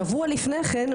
שבוע לפני כן,